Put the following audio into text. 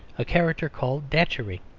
a character called datchery.